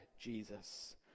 jesus